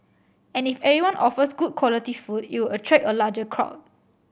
and if everyone offers good quality food it'll attract a larger crowd